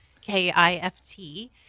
K-I-F-T